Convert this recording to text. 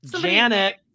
Janet